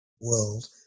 world